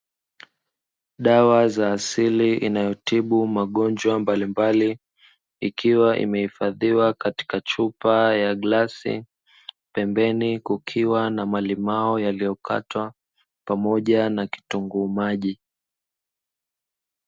Dawa za asili inayotibu magonjwa mbalimbali, ikiwa imeifadhiwa katika chupa ya glasi, pembeni kukiwa na malimao yaliyokatwa pamoja na kitunguu maji.